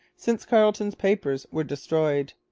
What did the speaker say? since carleton's papers were destroyed.